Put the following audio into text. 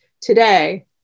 today